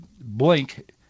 blink